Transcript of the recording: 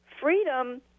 Freedom